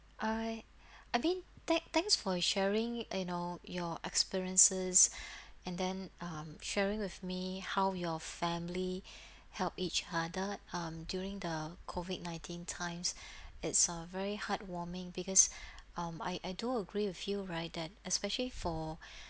I I mean thank thanks for your sharing you know your experiences and then um sharing with me how your family help each other um during the COVID-nineteen times it's uh very heartwarming because um I I do agree with you right and especially for